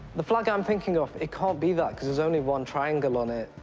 the flag i'm thinking of it can't be that because there's only one triangle on it,